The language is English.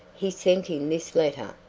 he sent in this letter,